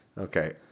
okay